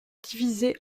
divisé